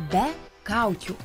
be kaukių